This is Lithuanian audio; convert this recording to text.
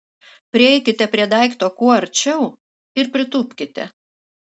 prieikite prie daikto kuo arčiau ir pritūpkite